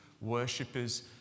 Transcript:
Worshippers